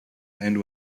end